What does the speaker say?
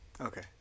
Okay